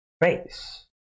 face